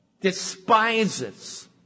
despises